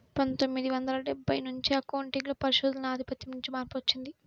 పందొమ్మిది వందల డెబ్బై నుంచి అకౌంటింగ్ లో పరిశోధనల ఆధిపత్యం నుండి మార్పు వచ్చింది